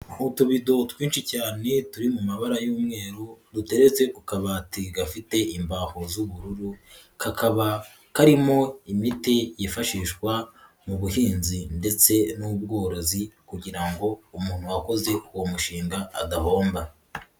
Utubido twinshi cyane turi mu mabara y'umweru duteretse ku kabati gafite imbaho z'ubururu, kakaba karimo imiti yifashishwa mu buhinzi ndetse n'ubworozi kugira ngo umuntu wakoze uwo mushinga adahomba.